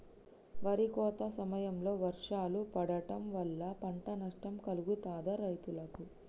వరి కోత సమయంలో వర్షాలు పడటం వల్ల పంట నష్టం కలుగుతదా రైతులకు?